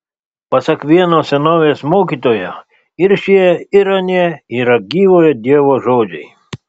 pasak vieno senovės mokytojo ir šie ir anie yra gyvojo dievo žodžiai